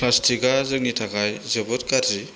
प्लास्टिकआ जोंनि थाखाय जोबोर गाज्रि